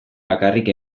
bakarrik